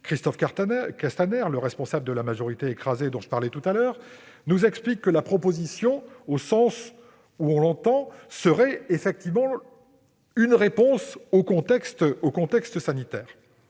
Christophe Castaner, le responsable de la majorité écrasée dont je parlais tout à l'heure, nous explique que la proposition, au sens où on l'entend, serait effectivement une réponse au contexte sanitaire.